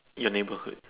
your neighborhood